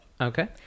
okay